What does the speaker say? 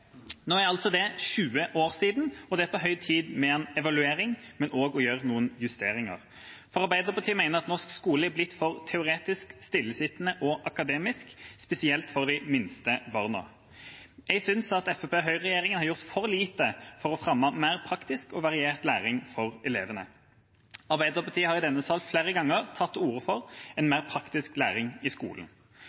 Nå er det 20 år siden, og det er på høy tid med en evaluering, men også å gjøre noen justeringer. Arbeiderpartiet mener at norsk skole har blitt for teoretisk, stillesittende og akademisk, spesielt for de minste barna. Jeg synes at Fremskrittsparti–Høyre-regjeringa har gjort for lite for å fremme mer praktisk og variert læring for elevene. Arbeiderpartiet har i denne salen flere ganger tatt til orde for mer praktisk læring i skolen.